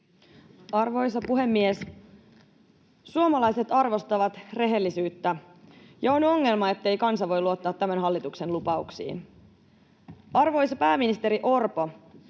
Arvoisa puhemies! Suomalaiset arvostavat rehellisyyttä, ja on ongelma, ettei kansa voi luottaa tämän hallituksen lupauksiin. Arvoisa pääministeri Orpo,